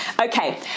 Okay